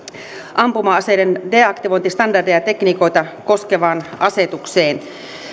ampuma aseiden deaktivointistandardeja ja tekniikoita koskevaan asetukseen